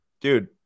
dude